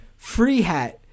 Freehat